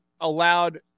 allowed